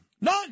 None